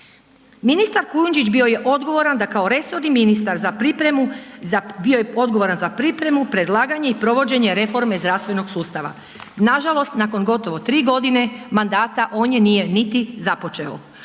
ministar Kujundžić bio je odgovoran da kao resorni ministar za pripremu, bio je odgovoran za pripremu, predlaganje i provođenje reforme zdravstvenog sustava, nažalost nakon gotovo tri godine mandata on je nije niti započeo.